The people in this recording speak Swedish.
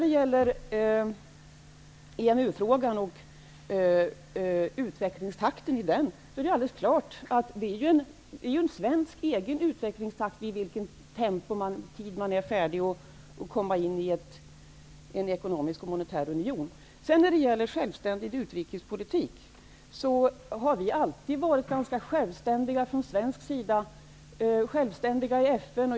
Det är en svensk fråga i vilket tempo utvecklingen går och när man blir färdig att komma med i en ekonomisk och monetär union. Vi har alltid från svensk sida varit ganska självständiga i FN.